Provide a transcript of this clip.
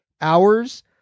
hours